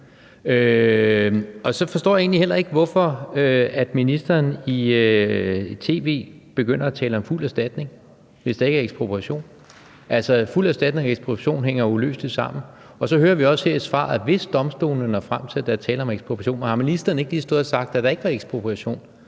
Så forstår jeg egentlig heller ikke, hvorfor ministeren i tv begynder at tale om fuld erstatning, hvis der ikke er ekspropriation. Altså, fuld erstatning og ekspropriation hænger uløseligt sammen. Og så hører vi også her i svaret: at hvis domstolene når frem til, at der er tale om ekspropriation. Men har ministeren ikke lige stået og sagt, at der ikke var ekspropriation?